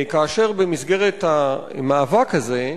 כאשר במסגרת המאבק הזה,